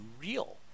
real